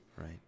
right